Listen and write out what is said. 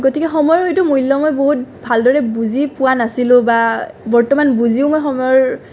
গতিকে সময়ৰ হয়তো মূল্য মই বহুত ভালদৰে বুজি পোৱা নাছিলোঁ বা বৰ্তমান বুজিও মই সময়ৰ